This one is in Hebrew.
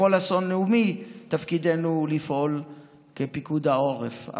בכל אסון לאומי תפקידנו לפעול כפיקוד העורף.